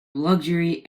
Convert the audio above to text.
luxury